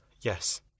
Yes